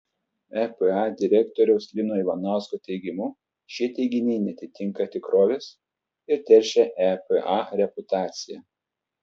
epa direktoriaus lino ivanausko teigimu šie teiginiai neatitinka tikrovės ir teršia epa reputaciją